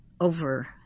over